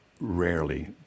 Rarely